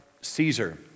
Caesar